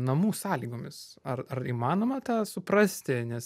namų sąlygomis ar ar įmanoma tą suprasti nes